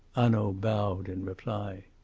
hanaud bowed in reply.